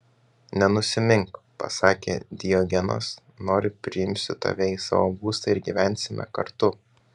nenusimink pasakė diogenas nori priimsiu tave į savo būstą ir gyvensime kartu